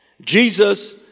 Jesus